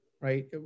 right